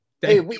hey